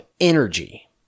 energy